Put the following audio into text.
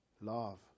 love